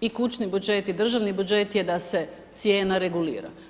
i kućni budžet i državni budžet da se cijena regulira.